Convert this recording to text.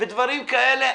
ודברים כאלה,